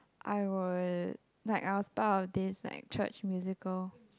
I would like I was part of this like church musical